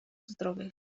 zdrowych